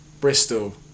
Bristol